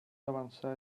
avançar